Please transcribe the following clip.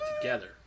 together